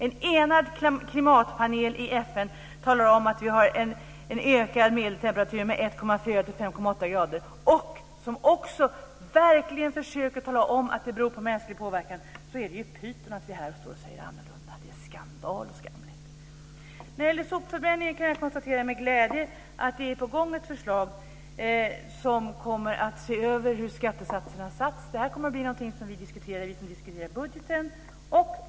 En enad klimatpanel i FN talar om att vi har en ökad medeltemperatur, med 1,4-5,8 grader och försöker verkligen tala om att det beror på mänsklig påverkan. Då är det pyton att vi här säger annorlunda. Det är skandal och skamligt. När det gäller sopförbränningen kan jag med glädje konstatera att ett förslag är på väg där man ser över hur skattesatserna satts. Det kommer att bli något som vi får diskutera när vi diskuterar budgeten.